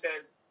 says